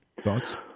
Thoughts